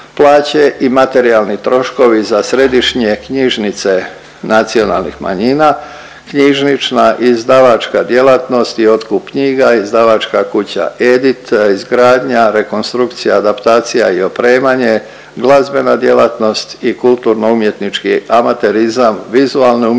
i materijalni troškovi za središnje knjižnice nacionalnih manjina, knjižnična izdavačka djelatnost i otkup knjiga, izdavačka kuća Edit, izgradnja, rekonstrukcija, adaptacija i opremanje, glazbena djelatnost i kulturno-umjetnički amaterizam, vizualne umjetnosti,